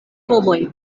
homoj